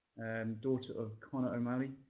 daughter of connor o'malley,